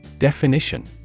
Definition